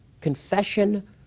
confession